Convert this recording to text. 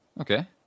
Okay